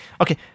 Okay